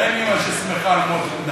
אין אימא ששמחה על מות בנה.